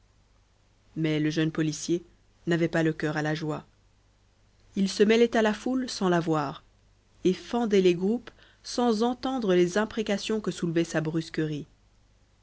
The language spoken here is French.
mais le jeune policier n'avait pas le cœur à la joie il se mêlait à la foule sans la voir et fendait les groupes sans entendre les imprécations que soulevait sa brusquerie